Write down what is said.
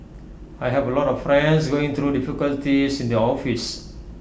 I have A lot of friends going through difficulties in the office